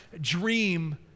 Dream